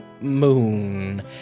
moon